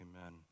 amen